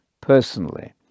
personally